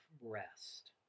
rest